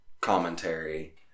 commentary